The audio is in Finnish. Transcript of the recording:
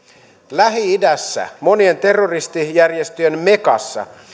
lähi idässä monien terroristijärjestöjen mekassa